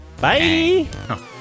bye